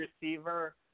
receiver